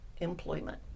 employment